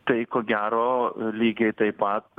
tai ko gero lygiai taip pat